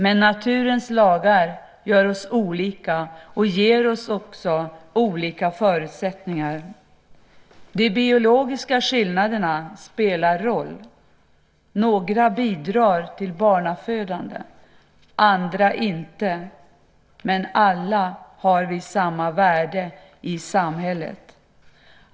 Men naturens lagar gör oss olika och ger oss också olika förutsättningar. De biologiska skillnaderna spelar roll. Några bidrar till barnafödande, andra inte. Men alla har vi samma värde i samhället.